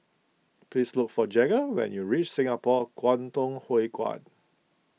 please look for Jagger when you reach Singapore Kwangtung Hui Kuan